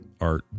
art